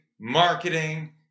marketing